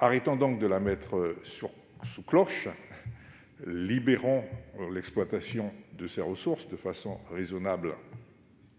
Cessons de la mettre sous cloche, libérons l'exploitation de ses ressources de façon raisonnable